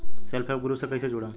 Self help group से कइसे जुड़म?